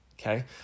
Okay